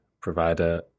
provider